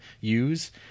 use